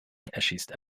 erschießt